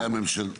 מ/1624